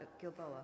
Gilboa